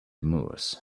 moors